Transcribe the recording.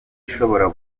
ishobora